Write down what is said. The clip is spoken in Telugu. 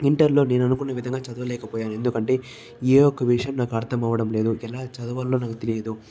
ఇంటర్లో నేను అనుకున్న విధంగా చదవలేకపోయాను ఎందుకంటే ఏ ఒక విషయం నాకు అర్థం అవడం లేదు ఎలా చదవాలో నాకు తెలియలేదు